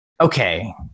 okay